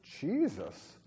Jesus